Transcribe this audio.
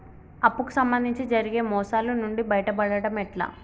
అప్పు కు సంబంధించి జరిగే మోసాలు నుండి బయటపడడం ఎట్లా?